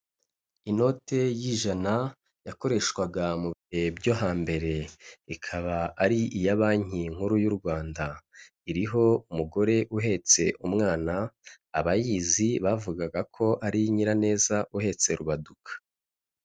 Inote y'ijana, yakoreshwaga mu bihe byo hambere, ikaba ari iya banki nkuru y'u Rwanda, iriho umugore uhetse umwana abayizi bavugaga ko, ari Nyiraneza uhetse Rubaduka.